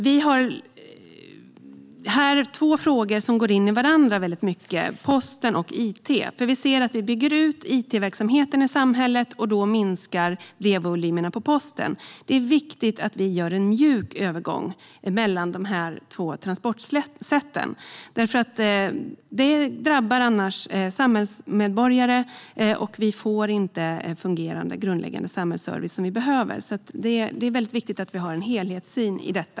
Vi har här två frågor som går in i varandra: posten och it. Vi bygger ut it-verksamheten i samhället, och då minskar brevvolymerna på posten. Det är viktigt att vi gör en mjuk övergång mellan dessa båda transportsätt. Det drabbar annars samhällsmedborgare, och vi får inte en fungerande, grundläggande samhällsservice som vi behöver. Det är väldigt viktigt att vi har en helhetssyn i detta.